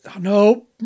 No